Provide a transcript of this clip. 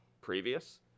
previous